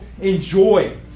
enjoy